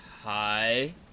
Hi